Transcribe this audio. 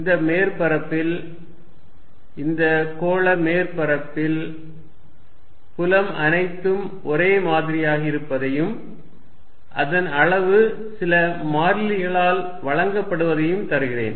இந்த மேற்பரப்பில் இந்த கோள மேற்பரப்பில் புலம் அனைத்தும் ஒரே மாதிரியாக இருப்பதையும் அதன் அளவு சில மாறிலிகளால் வழங்கப்படுவதையும் தருகிறேன்